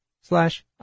slash